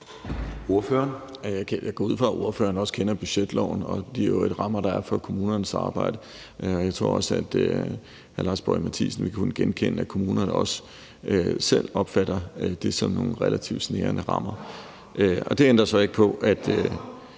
(S): Jeg går ud fra, at ordføreren også kender budgetloven og de øvrige rammer, der er for kommunernes arbejde. Jeg tror også, at hr. Lars Boje Mathiesen vil kunne genkende, at kommunerne selv opfatter det som nogle relativt snærende rammer. Det ændrer så ikke på, at